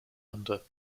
under